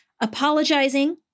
apologizing